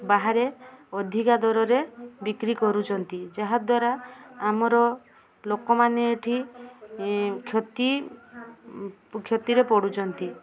ବାହାରେ ଅଧିକା ଦରରେ ବିକ୍ରୀ କରୁଛନ୍ତି ଯାହାଦ୍ଵାରା ଆମର ଲୋକମାନେ ଏଇଠି କ୍ଷତି କ୍ଷତିରେ ପଡ଼ୁଛନ୍ତି